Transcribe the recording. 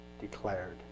Declared